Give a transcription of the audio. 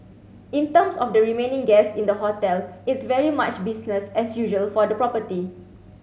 in terms of the remaining guests in the hotel it's very much business as usual for the property